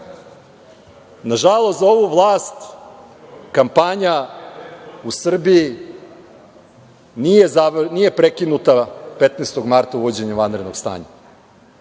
za ovu vlast kampanja u Srbiji nije prekinuta 15. marta uvođenjem vanrednog stanja.